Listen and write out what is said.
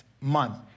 month